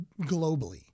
globally